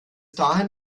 dahin